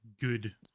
good